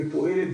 ופועלת,